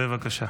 בבקשה.